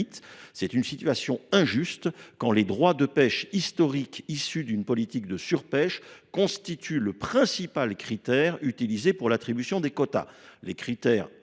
Cette situation est injuste : les droits de pêche historiques, issus d’une politique de surpêche, constituent le principal critère retenu pour l’attribution des quotas, tandis